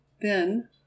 Then